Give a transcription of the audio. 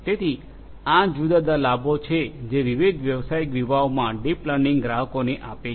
તેથી આ જુદા જુદા લાભો છે જે વિવિધ વ્યવસાયિક વિભાગોમાં ડીપ લર્નિંગ ગ્રાહકોને આપે છે